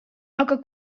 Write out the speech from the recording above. aga